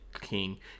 king